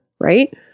right